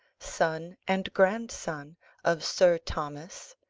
son and grandson of sir thomas,